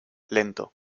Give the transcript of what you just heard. lento